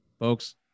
Folks